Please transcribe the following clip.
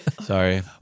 Sorry